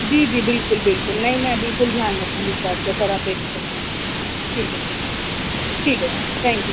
جی جی بالکل بالکل نہیں میں بالکل دھیان رکھوں گی اس بات پہ سر آپ بے فکر رہیے ٹھیک ہے سر ٹھیک ہے سر تھینک یو